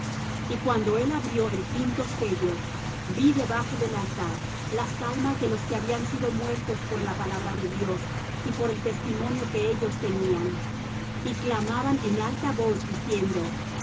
y cuando él abrió el quinto sello vi debajo del altar las almas de los que habían sido muertos por la palabra de dios y por el testimonio que ellos tenían y clamaban en alta voz diciendo